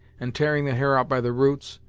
and tearing the hair out by the roots,